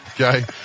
Okay